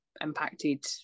impacted